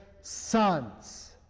sons